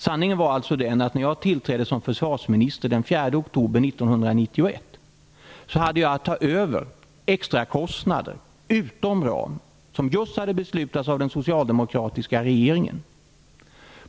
Sanningen är den att när jag tillträdde som försvarsminister den 4 oktober 1991 hade jag att ta över extra kostnader på 1,5 miljarder kronor utom ram som just hade beslutats av den socialdemokratiska regeringen.